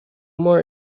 more